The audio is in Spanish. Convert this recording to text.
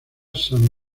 san